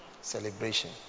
celebration